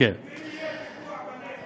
אם תהיה פגיעה בנפש,